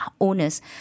owners